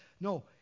No